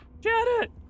Janet